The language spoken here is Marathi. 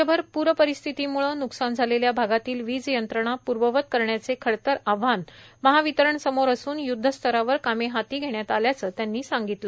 राज्यभर प्रपरिस्थितीम्ळे न्कसान झालेल्या भागातील वीज यंत्रणा पूर्ववत करण्याचे खडतर आव्हान महावितरण समोर असून यूद्धस्तरावर कामे हाती घेण्यात आल्याचे त्यांनी सांगितले